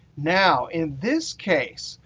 now in this case,